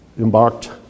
embarked